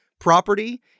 property